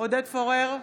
עודד פורר,